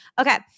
Okay